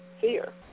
Fear